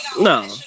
No